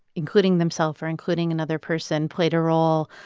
including themselves or including another person, played a role,